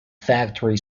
factory